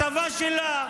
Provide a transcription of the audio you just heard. על הצבא שלה,